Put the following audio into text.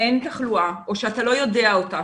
אין תחלואה או שאתה לא יודע אותה,